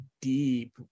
deep